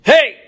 Hey